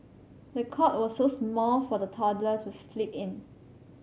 the cot was so small for the toddler to sleep in